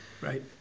right